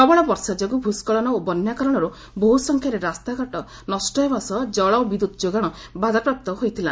ପ୍ରବଳ ବର୍ଷା ଯୋଗୁଁ ଭୂସ୍ଖଳନ ଓ ବନ୍ୟା କାରଣରୁ ବହୁ ସଂଖ୍ୟାରେ ରାସ୍ତାଘାଟ ନଷ୍ଟ ହେବା ସହ ଜଳ ଓ ବିଦ୍ୟତ୍ ଯୋଗାଣ ବାଧାପ୍ରାପ୍ତ ହୋଇଥିଲା